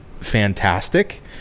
fantastic